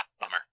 bummer